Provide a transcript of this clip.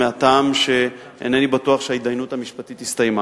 מהטעם שאינני בטוח שההתדיינות המשפטית הסתיימה,